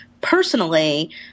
personally